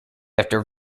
after